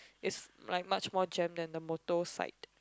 is like much more jam than the motor side